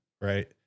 right